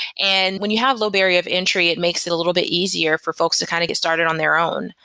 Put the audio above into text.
and when you have low barrier of entry, it makes it a little bit easier for folks to kind of get started on their own,